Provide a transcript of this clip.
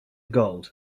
gold